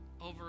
over